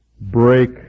break